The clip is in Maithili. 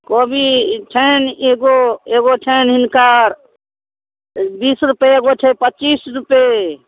कोबी छनि एगो एगो छनि हिनकर बीस रुपैए छै एगो पचीस रुपैए